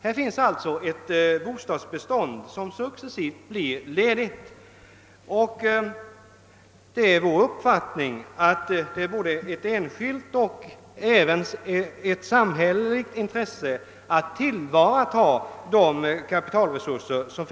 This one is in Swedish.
Här finns alltså ett bostadsbestånd som successivt blir ledigt, och det är vår bestämda uppfattning att det är både ett enskilt och ett samhälleligt intresse att tillvarata dessa kapitalresurser.